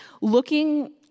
looking